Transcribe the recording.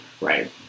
Right